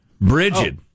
Bridget